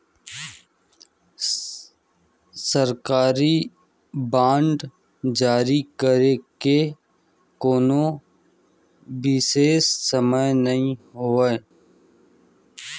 सरकारी बांड जारी करे के कोनो बिसेस समय नइ होवय